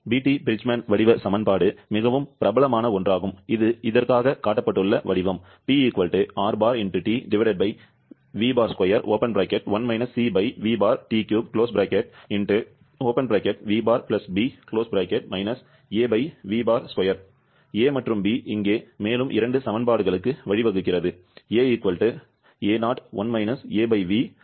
PT Bridgeman வடிவ சமன்பாடு மிகவும் பிரபலமான ஒன்றாகும் இது இதற்காக காட்டப்பட்டுள்ள வடிவம் A மற்றும் B இங்கே மேலும் இரண்டு சமன்பாடுகளுக்கு வழிவகுக்கிறது